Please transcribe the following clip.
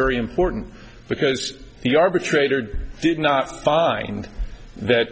very important because the arbitrator did not find that